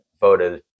voted